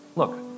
Look